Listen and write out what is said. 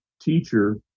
teacher